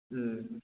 ꯎꯝ